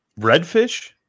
Redfish